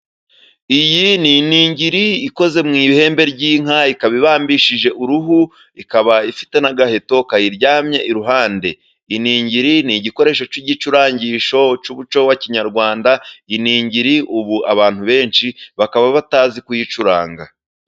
Iyi ni iningiri ikoze mu ihembe ry'inka, ikaba ibambishije uruhu, ikaba ifite n'agaheto kayiryamye iruhande. Iningiri ni igikoresho cy'igicurangisho cy'umuco wa kinyarwanda. Iningiri ubu abantu benshi bakaba batazi kuyicuranga.